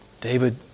David